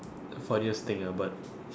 funniest thing ah but